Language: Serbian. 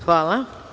Hvala.